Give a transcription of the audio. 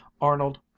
arnold